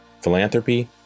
philanthropy